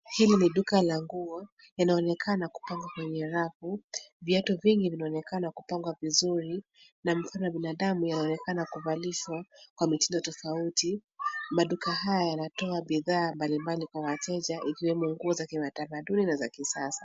Hili ni duka la nguo ,yanaonekana kupangwa kwenye rafu, viatu vingi vinaonekana kupangwa vizuri, na mfano ya binadamu yaonekana kuvalishwa, kwa mitindo tofauti, maduka haya yanatoa bidhaa mbali mbali kwa wateja ikiwemo nguo za kitamaduni na za kisasa.